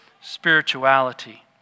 spirituality